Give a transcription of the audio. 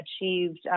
achieved